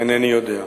אינני יודע.